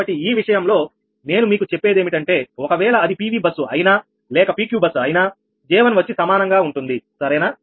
కాబట్టి ఈ విషయంలో నేను మీకు చెప్పేదేమిటంటే ఒకవేళ అది PV బస్సు అయినా లేక PQ బస్సు అయినా J1 వచ్చి సమానంగా ఉంటుంది సరేనా